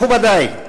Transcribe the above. מכובדי,